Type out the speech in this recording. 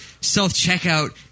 self-checkout